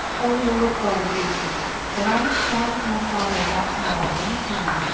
o lord god of israel, when i have sounded my father about to morrow any time,